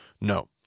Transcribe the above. No